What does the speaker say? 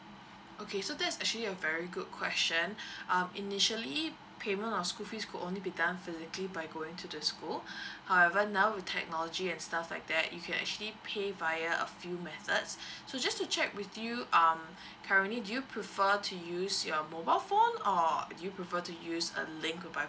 okay so that's actually a very good question um initially payment of school fees could only be done physically by going to the school however now with technology and stuff like that you can actually pay via a few methods so just to check with you um currently do you prefer to use your mobile phone or do you prefer to use a link via